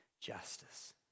justice